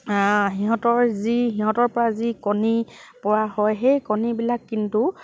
সিহঁতৰ যি সিহঁতৰ পৰা যি কণী পোৱা হয় সেই কণীবিলাক কিন্তু